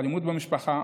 אלימות במשפחה,